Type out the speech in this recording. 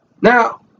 Now